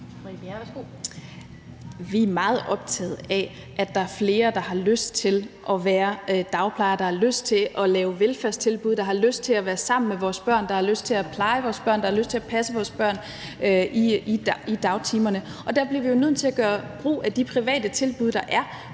(V): Vi er meget optaget af, at der er flere, der har lyst til at være dagplejere, der har lyst til at lave velfærdstilbud, der har lyst til at være sammen med vores børn, der har lyst til at pleje vores børn, der har lyst til at passe vores børn i dagtimerne. Der bliver vi nødt til at gøre brug af de private tilbud, der er,